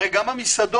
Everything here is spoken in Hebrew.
הרי גם לגבי המסעדות,